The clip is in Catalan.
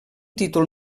títol